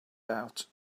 out